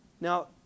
Now